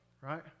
right